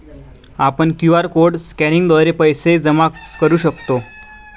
आपण QR code स्कॅनिंगद्वारे पैसे जमा करू शकतो